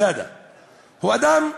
הוא אדם טרוריסט,